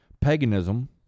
paganism